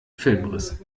filmriss